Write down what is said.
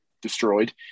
destroyed